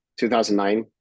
2009